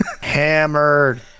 Hammered